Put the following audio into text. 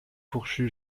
fourchue